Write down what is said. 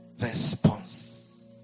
response